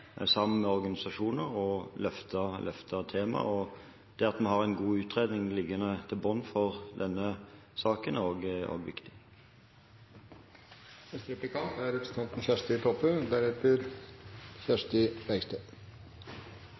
sammen med organisasjoner, og løfte temaet. Det at vi også har en god utredning som ligger til grunn for denne saken, er